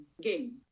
game